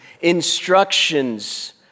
Instructions